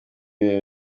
ibintu